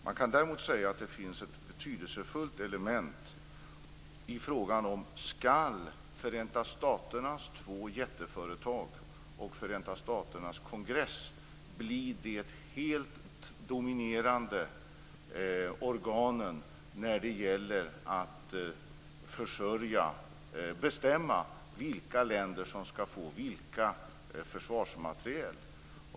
Man kan däremot säga att det finns ett betydelsefullt element när det gäller om Förenta staternas två jätteföretag och Förenta staternas kongress skall bli de helt dominerande organen i fråga om att bestämma vilka länder som skall få vilka försvarsmateriel.